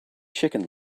chicken